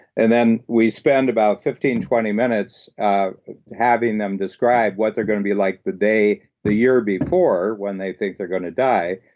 and then we spend about fifteen, twenty minutes having them describe what they're going to be like the day, the year before, when they think they're going to die.